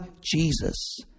Jesus